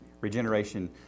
Regeneration